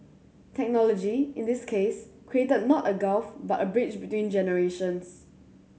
technology in this case created not a gulf but a bridge between generations